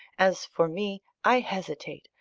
as for me, i hesitate,